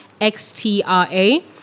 X-T-R-A